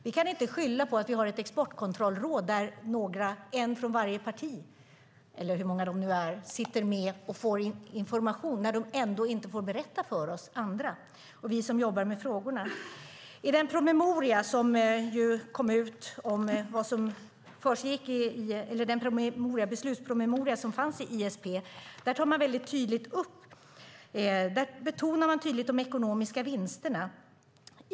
Vi kan inte skylla på att vi har ett exportkontrollråd där en från varje parti - eller hur många de nu är - får information som de inte får berätta för oss som jobbar med frågorna. I den beslutspromemoria som fanns i ISP betonar man de ekonomiska vinsterna.